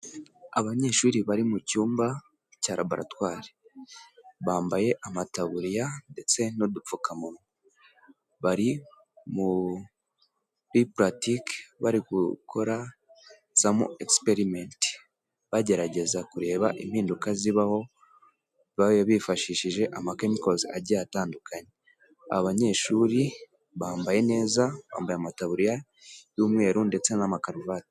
Abanyeshuri bari mu cyumba cya raboratwari. Bambaye amataburiya ndetse n'udupfukamuwa. Bari muri puratike, bari gukora samu egisiperiment. Baragerageza kureba impinduka zibaho, bifashishije amakemikozi agiye atandukanye. Abanyeshuri bambaye neza, bambaye amataburiya y'umweru, ndetse n'amakaruvati.